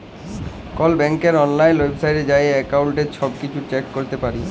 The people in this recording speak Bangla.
কল ব্যাংকের অললাইল ওয়েবসাইটে যাঁয়ে এক্কাউল্টের ছব কিছু চ্যাক ক্যরতে পারি